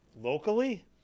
Locally